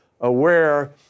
aware